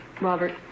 robert